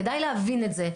כדאי להבין את זה: